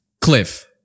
Cliff